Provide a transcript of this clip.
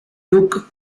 took